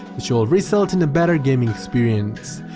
which will result in a better gaming experience,